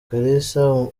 kalisa